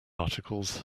articles